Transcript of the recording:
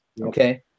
Okay